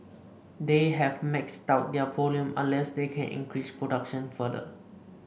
they have maxed out their volume unless they can increase production further